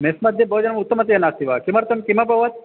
mace मध्ये भोजनम् उत्तमतया नास्ति वा किमर्थं किमभवत्